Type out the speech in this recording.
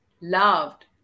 loved